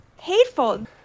hateful